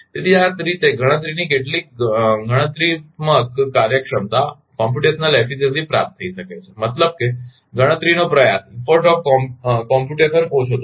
તેથી આ રીતે ગણતરીની કેટલીક ગણતરીત્મક કાર્યક્ષમતા પ્રાપ્ત થઈ શકે છે મતલબ કે ગણતરીનો પ્રયાસ ઓછો થશે